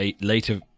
later